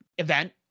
Event